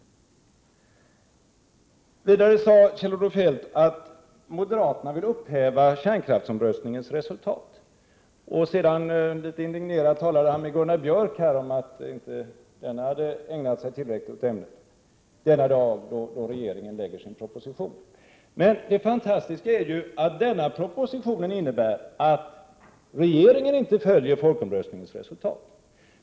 Vidare sade Kjell-Olof Feldt att moderaterna vill upphäva kärnkraftsomröstningens resultat. Han talade också litet indignerat om att Gunnar Björk inte tillräckligt skulle ha uppehållit sig vid detta ämne denna dag när regeringen lägger fram sin proposition. Men det fantastiska är ju att denna proposition innebär att regeringen inte följer folkomröstningens resultat.